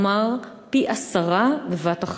כלומר פי-עשרה בבת-אחת.